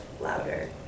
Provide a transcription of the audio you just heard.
louder